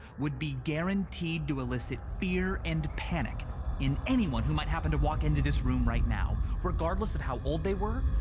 would be guaranteed to elicit fear and panic in anyone who might happen to walk into this room right now, regardless of how old they were,